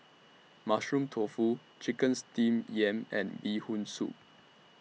Mushroom Tofu Chicken Steamed Yam and Bee Hoon Soup